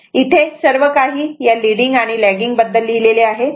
इथे सर्व काही या लीडिंग आणि लेगिंग बद्दल लिहिलेले आहे